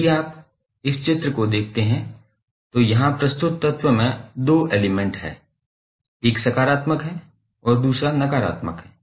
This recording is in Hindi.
यदि आप इस चित्र को देखते हैं तो यहां प्रस्तुत तत्व में दो एलिमेंट हैं एक सकारात्मक है और दूसरा नकारात्मक है